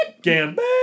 Gambit